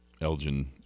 Elgin